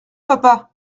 papa